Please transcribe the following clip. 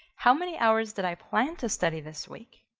how many hours did i plan to study this week?